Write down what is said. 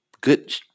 good